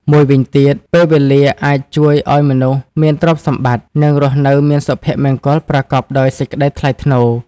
មួយវិញទៀត ពេលវេលាអាចជួយអោយមនុស្សមានទ្រព្យសម្បត្តិ និងរស់នៅមានសុភមង្គលប្រកបដោយសេចក្តីថ្លៃថ្នូរ។